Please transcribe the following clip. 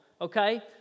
okay